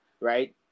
right